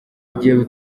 igihe